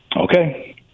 okay